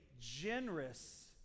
generous